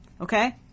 Okay